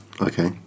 Okay